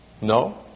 No